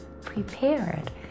prepared